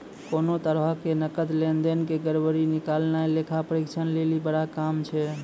कोनो तरहो के नकद लेन देन के गड़बड़ी निकालनाय लेखा परीक्षक लेली बड़ा काम छै